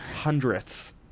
hundredths